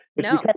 No